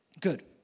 good